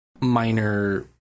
minor